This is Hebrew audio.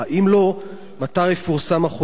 3. אם לא, מתי יפורסם החוזר?